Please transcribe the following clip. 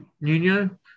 Nuno